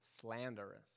slanderous